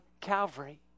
Calvary